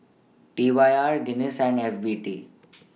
T Y R Guinness and F B T